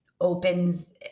opens